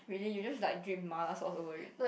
really you just like drink mala sauce over it